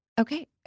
okay